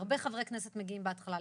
הרבה חברי כנסת מגיעים בהתחלה,